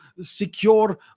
secure